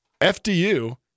FDU